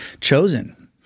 chosen